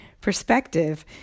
perspective